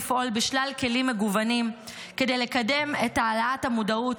לפעול בשלל כלים מגוונים כדי לקדם את העלאת המודעות,